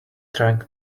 trying